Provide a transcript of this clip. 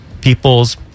People's